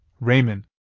Raymond